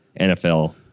NFL